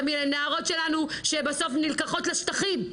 גם נערות שלנו שבסוף נלקחות לשטחים.